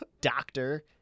doctor